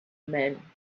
men